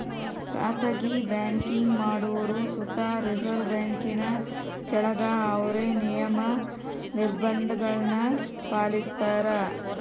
ಖಾಸಗಿ ಬ್ಯಾಂಕಿಂಗ್ ಮಾಡೋರು ಸುತ ರಿಸರ್ವ್ ಬ್ಯಾಂಕಿನ ಕೆಳಗ ಅವ್ರ ನಿಯಮ, ನಿರ್ಭಂಧಗುಳ್ನ ಪಾಲಿಸ್ತಾರ